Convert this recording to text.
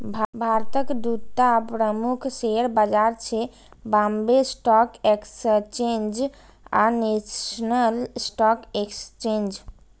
भारतक दूटा प्रमुख शेयर बाजार छै, बांबे स्टॉक एक्सचेंज आ नेशनल स्टॉक एक्सचेंज